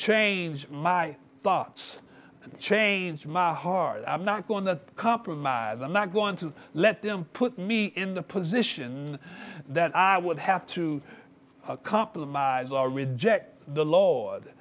change my thoughts and change my heart i'm not going to compromise i'm not going to let them put me in the position that i would have to compromise or reject the l